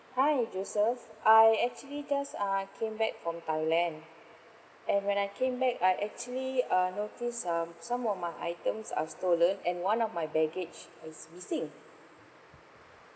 hi joseph I actually just uh came back from thailand and when I came back I actually uh notice um some of my items are stolen and one of my baggage is missing